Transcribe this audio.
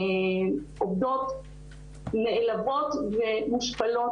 עובדות נעלבות ומושפלות,